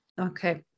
Okay